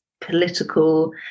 political